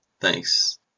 Thanks